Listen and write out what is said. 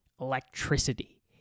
electricity